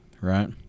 Right